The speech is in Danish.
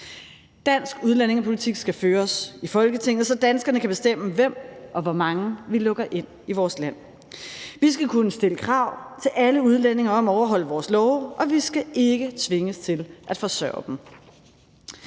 Dansk udlændingepolitik skal føres i Folketinget, så danskerne kan bestemme, hvem og hvor mange vi lukker ind i vores land. Vi skal kunne stille krav til alle udlændinge om at overholde vores love, og vi skal ikke tvinges til at forsørge dem.